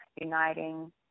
Uniting